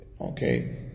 Okay